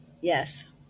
yes